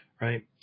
right